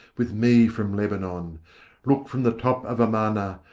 with me from lebanon look from the top of amana,